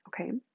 Okay